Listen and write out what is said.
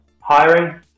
hiring